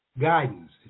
guidance